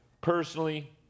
personally